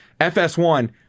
FS1